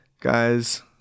guys